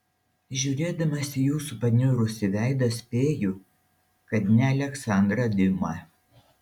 žiūrėdamas į jūsų paniurusį veidą spėju kad ne aleksandrą diuma